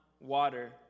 water